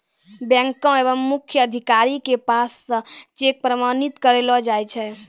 बैंको र मुख्य अधिकारी के पास स चेक प्रमाणित करैलो जाय छै